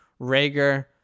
Rager